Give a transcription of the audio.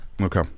Okay